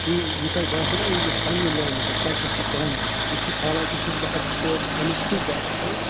تُہۍ یہِ تۄہہِ باسیو نَہ وٕنۍکٮ۪س پنٛنہِ لٮ۪ولہِ پٮ۪ٹھ کیٛازِ تۄہہِ چھُو پانہٕ تہِ بہٕ چھُس حالانٛکہِ چھُس بہٕ اٮ۪کسپٲٹ اَمیُک چھُس بہٕ اٮ۪کٕسپٲٹ